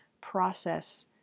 process